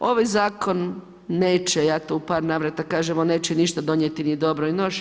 Ovaj Zakon neće, ja to u par navrata kažem, on neće ništa donijeti ni dobro ni loše.